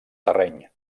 terreny